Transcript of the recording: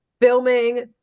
filming